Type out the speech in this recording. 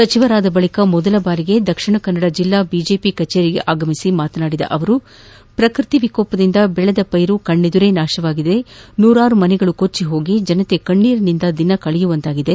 ಸಚಿವರಾದ ಬಳಿಕ ಮೊದಲ ಬಾರಿಗೆ ದಕ್ಷಿಣ ಕನ್ನದ ಜಿಲ್ಲಾ ಬಿಜೆಪಿ ಕಚೇರಿಗೆ ಆಗಮಿಸಿ ಮಾತನಾಡಿದ ಪೂಜಾರಿ ಅವರು ಪ್ರಾಕೃತಿಕ ವಿಕೋಪದಿಂದ ಬೆಳೆದ ಪೈರು ಕಣ್ಣೆದುರೇ ನಾಶವಾಗಿದ್ದು ನೂರಾರು ಮನೆಗಳು ಕೊಚ್ಚಿ ಹೋಗಿ ಜನರು ಕಣ್ಣೇರಿನಿಂದ ದಿನ ಕಳೆಯುವಂತಾಗಿದೆ